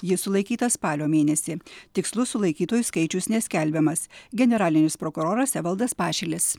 jis sulaikytas spalio mėnesį tikslus sulaikytųjų skaičius neskelbiamas generalinis prokuroras evaldas pašilis